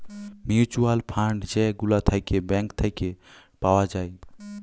mutual fund যে গুলা থাক্যে ব্যাঙ্ক থাক্যে পাওয়া যায়